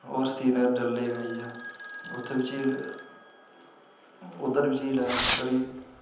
होर श्रीनगर डल लेक आई गेआ उत्थें बी झील उद्धर बी झील ऐ उद्धर बी